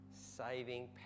saving